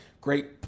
great